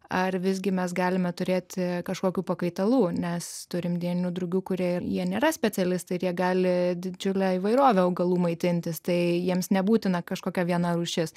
ar visgi mes galime turėti kažkokių pakaitalų nes turim dieninių drugių kurie ir jie nėra specialistai jie gali didžiulę įvairovę augalų maitintis tai jiems nebūtina kažkokia viena rūšis